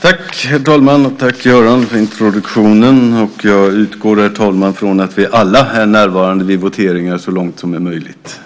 Herr talman! Tack, Göran, för introduktionen! Jag utgår, herr talman, från att vi alla är närvarande vid voteringen så långt som möjligt.